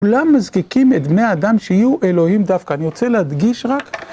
כולם מזקיקים את בני אדם שיהיו אלוהים דווקא, אני רוצה להדגיש רק.